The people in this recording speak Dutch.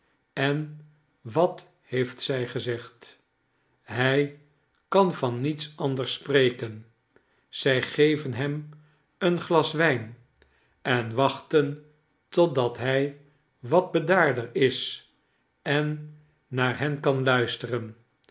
en wat heeft zij gezegd hij kan van niets anders spreken zij geven hem een glas wijn en wachten totdat hij wat bedaarder is en naar hen kan luisteren